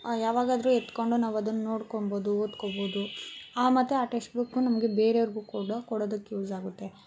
ಯಾವಾಗಾದರೂ ಎತ್ಕೊಂಡು ನಾವು ಅದನ್ನು ನೋಡ್ಕೊಂಬೋದು ಓದ್ಕೊಬೋದು ಆ ಮತ್ತು ಆ ಟೆಕ್ಸ್ಟ್ ಬುಕ್ಕು ನಮಗೆ ಬೇರೆಯವರಿಗೂ ಕೂಡ ಕೊಡೊದಕ್ಕೆ ಯೂಸ್ ಆಗುತ್ತೆ